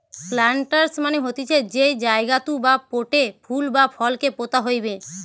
planters মানে হতিছে যেই জায়গাতু বা পোটে ফুল বা ফল কে পোতা হইবে